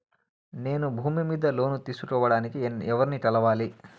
నేను భూమి మీద లోను తీసుకోడానికి ఎవర్ని కలవాలి?